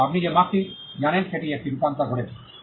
তবে আপনি যে মার্কটি জানেন সেটি একটি রূপান্তর ঘটেছে